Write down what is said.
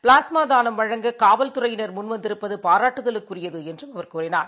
ப்ளாஸ்மாதானம் வழங்க காவல்துறையினா் முன் வந்திருப்பதபாராட்டுதலுக்குரியதுஎன்றும் அவா் கூறினார்